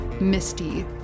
misty